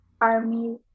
army